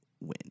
win